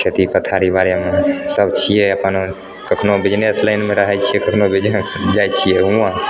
खेती पथारी बारेमे सब छियै अपन कखनो बिजनेस लाइनमे रहै छियै कखनो बिजनेस जाइ छियै बुझलहुॅं